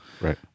Right